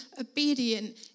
obedient